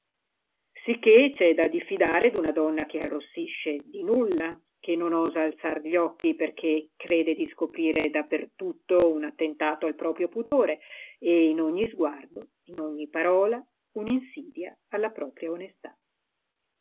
sensuale sicché c'è da diffidare d'una donna che arrossisce di nulla che non osa alzar gli occhi perché crede di scoprire da per tutto un attentato al proprio pudore e in ogni sguardo in ogni parola un'insidia alla propria onestà